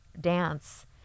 dance